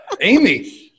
Amy